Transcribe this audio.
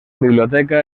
biblioteca